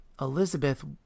Elizabeth